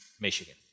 Michigan